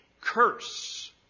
curse